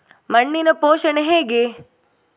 ಮಣ್ಣಿನ ಪೋಷಣೆ ಹೇಗೆ?